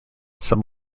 some